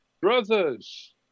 brothers